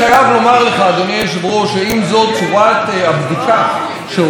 שאם זו צורת הבדיקה שעושה היועץ המשפטי לממשלה,